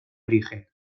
origen